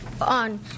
on